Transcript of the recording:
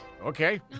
Okay